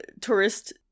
tourist